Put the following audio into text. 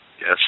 Yes